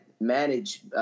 manage, –